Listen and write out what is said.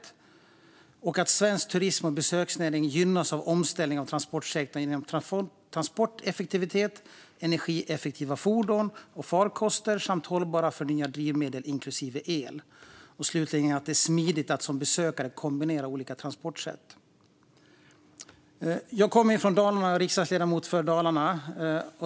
Den andra är att svensk turism och besöksnäring gynnas av en omställning av transportsektorn genom transporteffektivitet, energieffektiva fordon och farkoster samt hållbara och förnybara drivmedel, inklusive el. Den tredje är att det ska vara smidigt att som besökare kombinera olika transportsätt. Jag kommer från och är riksdagsledamot för Dalarna.